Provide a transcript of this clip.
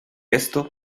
esto